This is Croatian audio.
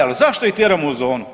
Ali zašto ih tjeramo u zonu?